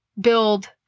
build